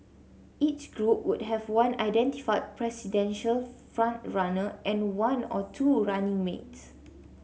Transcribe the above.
each group would have one identified presidential front runner and one or two running mates